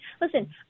listen